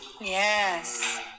Yes